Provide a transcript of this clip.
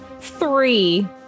three